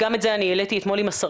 גם את זה העליתי אתמול עם השרה,